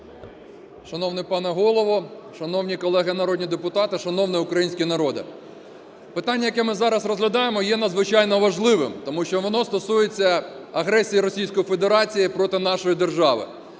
Шановний пане Голово, шановні колеги народні депутати, шановний український народе! Питання, яке ми зараз розглядаємо, є надзвичайно важливим, тому що воно стосується агресії Російської Федерації проти нашої держави.